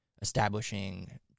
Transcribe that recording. establishing